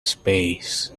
space